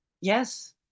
yes